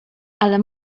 ale